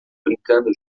brincando